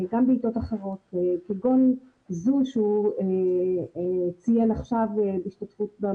גם בעיתות אחרות כגון "זום" שהוא ציין